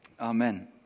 amen